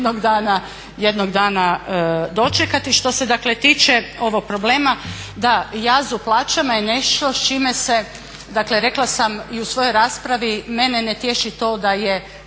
jednog dana dočekati. Što se dakle tiče ovog problema, da jaz u plaćama je nešto s čime se, dakle rekla sam i u svojoj raspravi mene ne tješi to da je